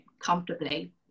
comfortably